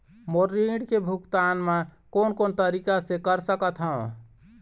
मोर ऋण के भुगतान म कोन कोन तरीका से कर सकत हव?